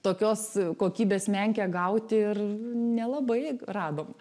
tokios kokybės menkę gauti ir nelabai radom